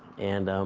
and